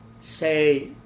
say